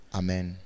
amen